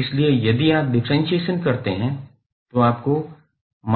इसलिए यदि आप डिफ्रेंसिअशन करते हैं तो आपको